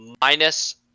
minus